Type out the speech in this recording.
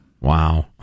Wow